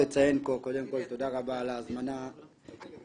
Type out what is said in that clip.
קודם כול תודה רבה על ההזמנה לדיון.